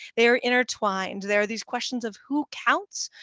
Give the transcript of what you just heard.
they are intertwined. there are these questions of who counts,